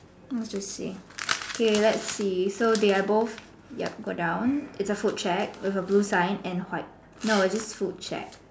interesting okay let's see so they are both yup go down it's a food check with a blue sign and white no it's just food check